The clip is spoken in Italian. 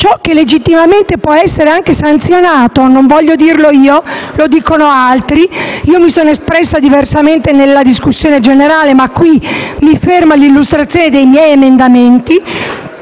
ciò che legittimamente può essere anche sanzionato - non voglio dirlo io, lo dicono altri: io mi sono espressa diversamente nella discussione generale ma qui mi fermo all'illustrazione dei miei emendamenti